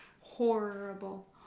Horrible